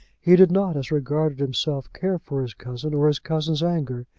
he did not, as regarded himself, care for his cousin or his cousin's anger.